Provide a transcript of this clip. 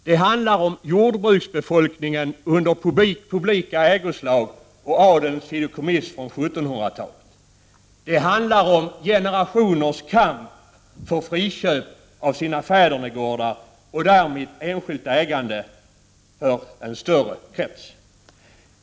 Det handlar om jordbruksbefolkningen under publika ägoslag och adelns fideikommiss från 1700-talet. Det handlar om generationers kamp för friköp av sina fädernegårdar och därmed enskilt ägande för en större krets.